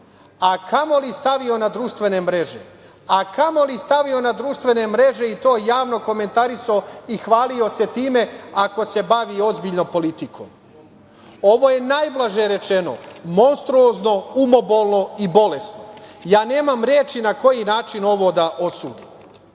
a kamoli stavio na društvene mreže i to javno komentarisao i hvalio se time ako se bavi ozbiljno politikom. Ovo je najblaže rečeno monstruozno, umobolno i bolesno. Nemam reči na koji način ovo da osudim,